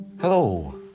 Hello